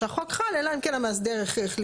שהחוק חל אלא אם כן המאסדר החליט.